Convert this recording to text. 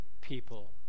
people